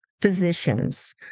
physicians